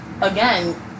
again